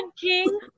king